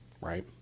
right